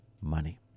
money